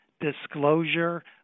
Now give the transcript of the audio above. disclosure